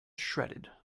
shredded